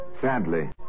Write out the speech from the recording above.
Sadly